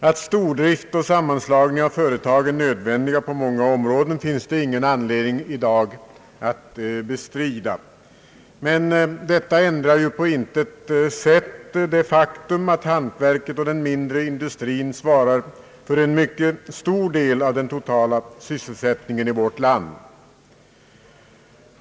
Att stordrift och sammanslagning av företag är nödvändiga på många områden finns det i dag ingen anledning att bestrida, men detta ändrar ju på intet sätt det faktum att hantverket och den mindre industrin svarar för en mycket avsevärd del av den totala sysselsättningen i vårt land.